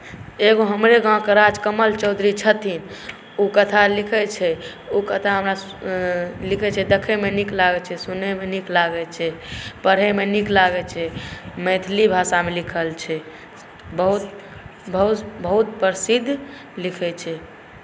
एगो हमरे गाँवके राजकमल चौधरी छथिन ओ कथा लिखैत छै ओ कथा हमरा लिखैत छै देखैमे नीक लागैत छै सुनैमे नीक लागैत छै पढ़ैमे नीक लागैत छै मैथिली भाषामे लिखल छै बहुत प्रसिद्ध लिखैत छै